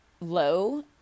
low